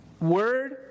word